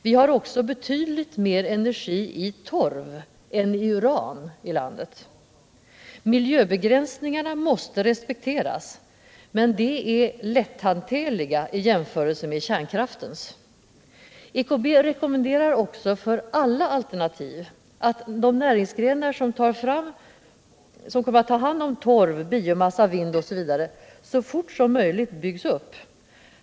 Vi har också betydligt mer energi i torv än i uran i landet. Miljöbegränsningarna måste respekteras, men de är lätthanterliga i jämförelse med kärnkraftens. EKB rekommenderar också för alla alternativ att de nya näringsgrenar som tar hand om torv, biomassa, vind osv. så fort som möjligt byggs upp.